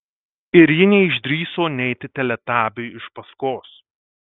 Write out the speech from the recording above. ir ji neišdrįso neiti teletabiui iš paskos